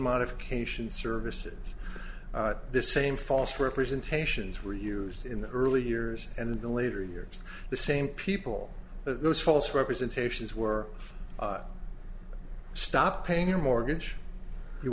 modification services the same false representations were used in the early years and in the later years the same people of those false representations were stopped paying their mortgage you